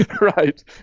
Right